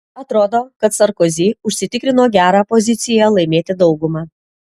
atrodo kad sarkozy užsitikrino gerą poziciją laimėti daugumą